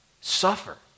suffer